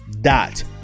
dot